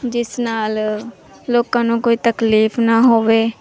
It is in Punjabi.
ਜਿਸ ਨਾਲ ਲੋਕਾਂ ਨੂੰ ਕੋਈ ਤਕਲੀਫ ਨਾ ਹੋਵੇ